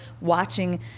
watching